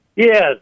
Yes